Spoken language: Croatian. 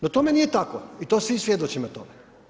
No tome nije tako i svi svjedočimo tome.